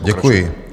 Děkuji.